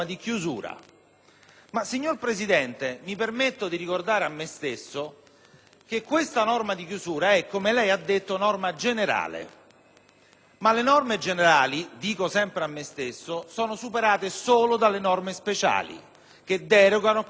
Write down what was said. ma, signor Presidente, mi permetto di ricordare a me stesso che questa norma di chiusura è, come lei ha detto, norma generale, ma le norme generali - dico sempre a me stesso - sono superate solo dalle norme speciali che derogano a quelle generali.